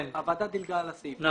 הוועדה דילגה על הסעיף.